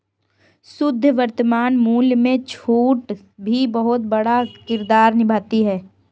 शुद्ध वर्तमान मूल्य में छूट भी बहुत बड़ा किरदार निभाती है